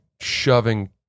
shoving